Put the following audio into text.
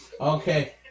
Okay